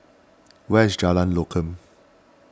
where is Jalan Lokam